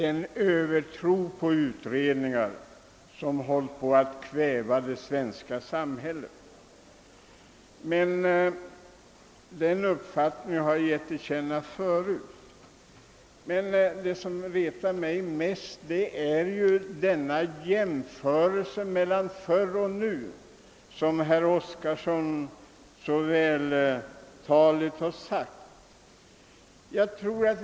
En övertro på utredningar håller på att kväva det svenska samhället. Den uppfattningen har jag gett till känna förut. Det som retar mig mest är emellertid den jämförelse mellan förr och nu som herr Oskarson så vältaligt har gjort.